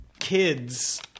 kids